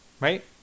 right